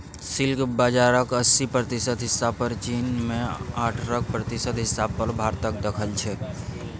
silk बजारक अस्सी प्रतिशत हिस्सा पर चीन आ अठारह प्रतिशत हिस्सा पर भारतक दखल छै